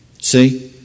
See